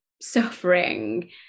suffering